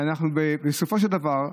בסופו של דבר,